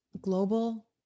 global